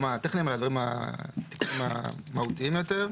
הטכניים אלא על הדברים המהותיים יותר.